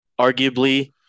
Arguably